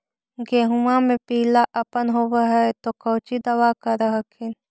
गोहुमा मे पिला अपन होबै ह तो कौची दबा कर हखिन?